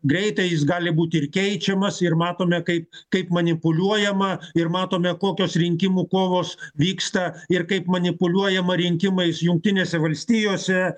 greitai jis gali būti ir keičiamas ir matome kaip kaip manipuliuojama ir matome kokios rinkimų kovos vyksta ir kaip manipuliuojama rinkimais jungtinėse valstijose